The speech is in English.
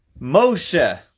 Moshe